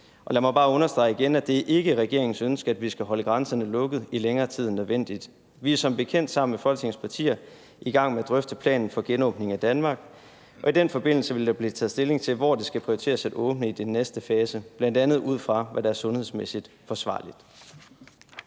Og lad mig bare understrege igen, at det ikke er regeringens ønske, at vi skal holde grænserne lukket i længere tid end nødvendigt. Vi er som bekendt sammen med Folketingets partier i gang med at drøfte planen for genåbning af Danmark, og i den forbindelse vil der blive taget stilling til, hvor det skal prioriteres at åbne i den næste fase, bl.a. ud fra hvad der er sundhedsmæssigt forsvarligt.